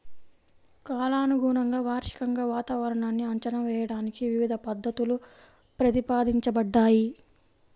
కాలానుగుణంగా, వార్షికంగా వాతావరణాన్ని అంచనా వేయడానికి వివిధ పద్ధతులు ప్రతిపాదించబడ్డాయి